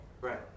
Right